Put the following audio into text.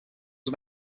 are